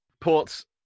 ports